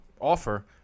offer